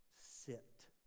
sit